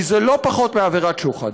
כי זה לא פחות מעבירת שוחד.